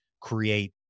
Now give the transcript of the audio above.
create